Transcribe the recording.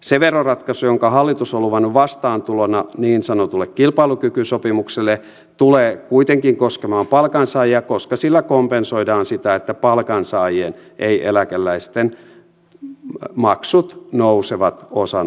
se veroratkaisu jonka hallitus on luvannut vastaantulona niin sanotulle kilpailukykysopimukselle tulee kuitenkin koskemaan palkansaajia koska sillä kompensoidaan sitä että palkansaajien ei eläkeläisten maksut nousevat osana kilpailukykysopimusta